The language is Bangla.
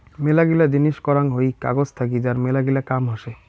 মেলাগিলা জিনিস করাং হই কাগজ থাকি যার মেলাগিলা কাম হসে